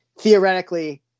theoretically